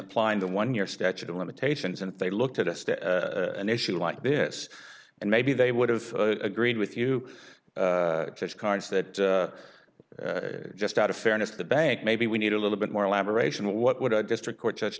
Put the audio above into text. in plying the one year statute of limitations and they looked at us to an issue like this and maybe they would have agreed with you cards that just out of fairness to the bank maybe we need a little bit more elaboration what would a district court judge